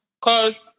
cause